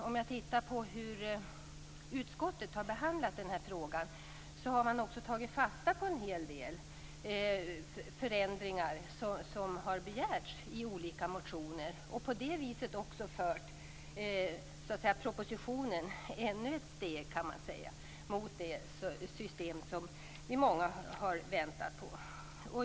Om jag tittar på hur utskottet har behandlat denna fråga har man tagit fasta på en hel del förändringar som har begärts i olika motioner och på det sättet också så att säga fört propositionen ännu ett steg mot det system som vi är många som har väntat på.